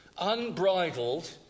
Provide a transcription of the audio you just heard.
unbridled